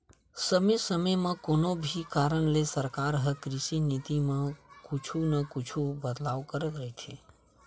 समे समे म कोनो भी कारन ले सरकार ह कृषि नीति म कुछु न कुछु बदलाव करत रहिथे